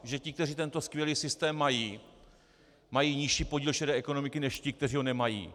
Že ti, kteří tento skvělý systém mají, mají nižší podíl šedé ekonomiky než ti, kteří ho nemají?